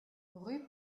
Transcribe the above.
rue